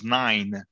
nine